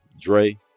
Dre